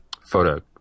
Photo